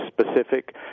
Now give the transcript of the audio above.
specific